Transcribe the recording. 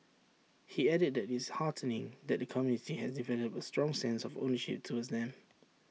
he added that it's heartening that the community has developed A strong sense of ownership towards them